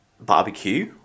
barbecue